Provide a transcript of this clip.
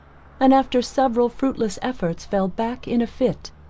and after several fruitless efforts fell back in a fit.